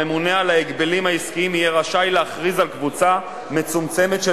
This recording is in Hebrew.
הממונה על ההגבלים העסקיים יהיה רשאי להכריז על קבוצה מצומצמת של